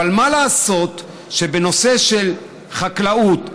אבל מה לעשות שבנושא של חקלאות,